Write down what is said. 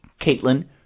Caitlin